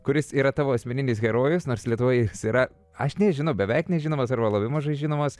kuris yra tavo asmeninis herojus nors lietuvoje yra aš nežinau beveik nežinomas arba labai mažai žinomas